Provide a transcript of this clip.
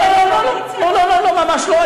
לא לא לא, ממש לא.